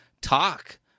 talk